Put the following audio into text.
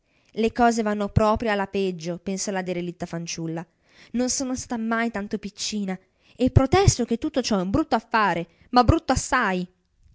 le cose vanno proprio alla peggio pensò la derelitta fanciulla non sono stata mai tanto piccina e protesto che tutto ciò è un brutto affare ma brutto assai